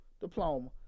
diploma